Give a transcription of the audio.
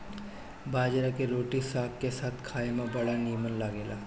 बजरा के रोटी साग के साथे खाए में बड़ा निमन लागेला